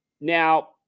Now